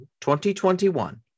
2021